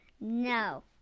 No